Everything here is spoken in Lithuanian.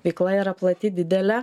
veikla yra plati didelė